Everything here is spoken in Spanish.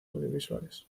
audiovisuales